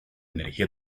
energía